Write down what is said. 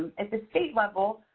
at the state level,